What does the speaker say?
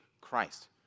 Christ